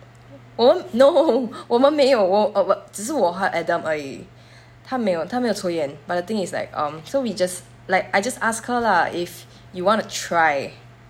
oh no 我们没有我 or err bu~ 只是我和 adam 而已他没有他没有抽烟 but the thing is like um so we just like I just ask her lah if you want to try